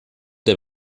der